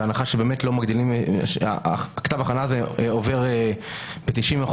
בהנחה שכתב ההכנה הזה עובר ב-90%,